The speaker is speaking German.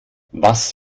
was